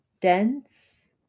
dense